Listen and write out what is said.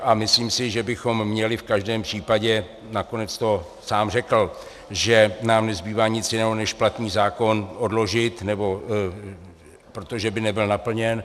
A myslím si, že bychom měli v každém případě nakonec to sám řekl, že nám nezbývá nic jiného, než platný zákon odložit, protože by nebyl naplněn.